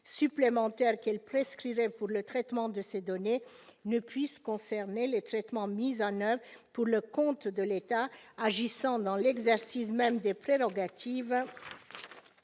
supplémentaires qu'elle prescrirait pour le traitement de ces données « ne puissent concerner les traitements mis en oeuvre pour le compte de l'État, agissant dans l'exercice même des prérogatives